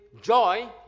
joy